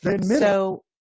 So-